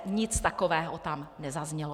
Nic takového tam nezaznělo.